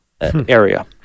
area